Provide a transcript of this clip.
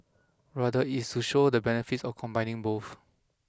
rather is to show the benefits of combining both